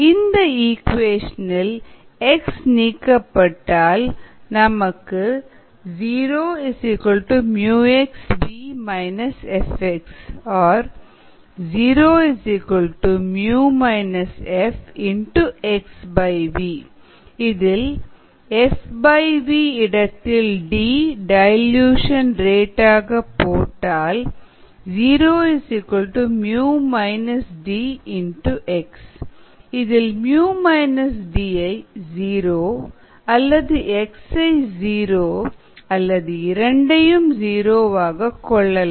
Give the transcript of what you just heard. இந்த இக்குவேஷன் இல் X நீக்கப்பட்டால் நமக்கு 0 𝜇 𝑥 𝑉 − 𝐹𝑥 0μ FxV FV இடத்தில் D டயல்யூஷன் ரேட் போட்டால் 0 𝜇 − 𝐷 𝑥 இதில் 𝜇 D 0 அல்லது X0 அல்லது இரண்டும் 0 ஆக கொள்ளலாம்